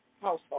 household